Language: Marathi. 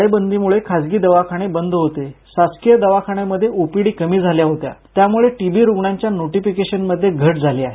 टाळेबंदीमुळे खाजगी दवाखाने बंद होते शासकीय दवाखान्यांच्या ओपीडी कमी झाल्या होत्या त्यामुळे टी बी रुग्णांच्या नोटीफिकेशनमध्ये घट झाली आहे